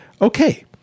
Okay